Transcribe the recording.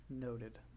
Noted